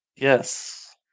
yes